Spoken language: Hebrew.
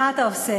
מה אתה עושה?